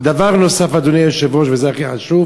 דבר נוסף, אדוני היושב-ראש, וזה הכי חשוב,